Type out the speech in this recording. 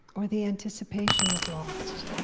or the anticipation of loss.